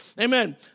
Amen